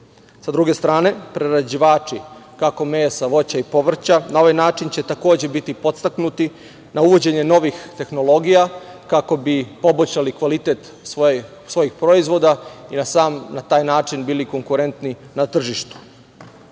Sa druge strane prerađivači kako mesa, voća i povrća na ovaj način će biti podstaknuti na uvođenje novih tehnologija kako bi poboljšali kvalitet svojih proizvoda i na taj način bili konkurentni na tržištu. Valja,